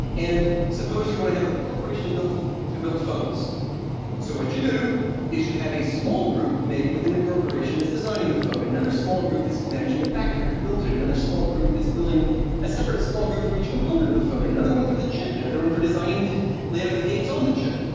and suppose you want to have a corporation built to build phones so what you do is you have a small group, maybe, within the corporation, that's designing the phone. another small group that's managing the factory, the building another small group that's building a separate small group for each component of the phone. another one for the chip, another one for designing the layout of the gates on the chip.